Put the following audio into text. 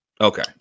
Okay